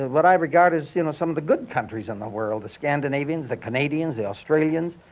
and what i regard as you know some of the good countries in the world the scandinavians, the canadians, the australians,